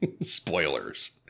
Spoilers